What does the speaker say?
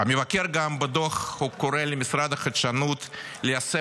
המבקר גם קורא בדוח קורא למשרד החדשנות ליישם